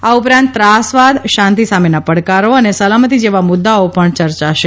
આ ઉપરાંત ત્રાસવાદ શાંતિ સામેના પડકારી અને સલામતિ જેવા મુદ્દાઓ પણ ચર્ચાશે